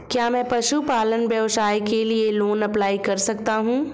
क्या मैं पशुपालन व्यवसाय के लिए लोंन अप्लाई कर सकता हूं?